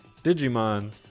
Digimon